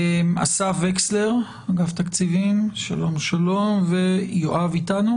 אסף וקסלר מאגף תקציבים, שלום שלום, ויואב הכט.